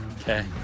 Okay